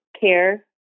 care